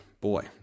Boy